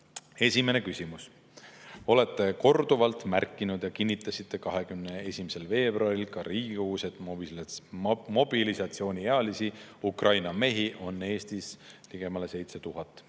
Esimene küsimus: "Olete korduvalt märkinud ja kinnitasite 21. veebruaril ka siin Riigikogus, et mobilisatsiooniealisi Ukraina mehi on Eestis ligemale 7000.